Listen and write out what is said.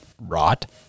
rot